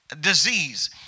disease